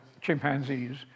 chimpanzees